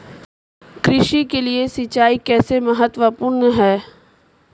कृषि के लिए सिंचाई कैसे महत्वपूर्ण है?